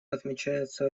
отмечается